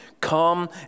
come